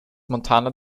montana